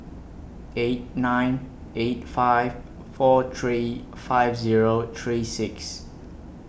eight nine eight five four three five Zero three six